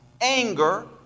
anger